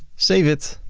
save it.